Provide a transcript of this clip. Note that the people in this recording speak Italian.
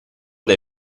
dai